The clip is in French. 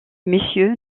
messieurs